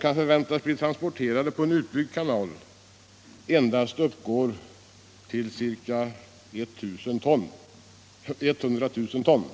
kan förväntas bli transporterade på en utbyggd kanal endast uppgår till ca 100 000 ton.